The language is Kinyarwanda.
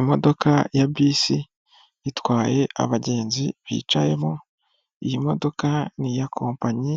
Imodoka ya bisi itwaye abagenzi bicayemo, iyi modoka n'iya kompanyi